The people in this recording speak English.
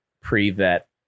pre-vet